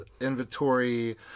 inventory